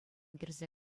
кӗрсе